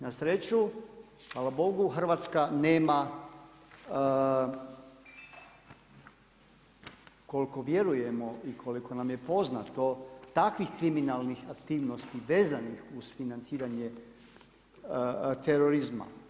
Na sreću, hvala Bogu, Hrvatska nema koliko vjerujemo i koliko nam je poznato takvih kriminalnih aktivnosti vezanih uz financiranje terorizma.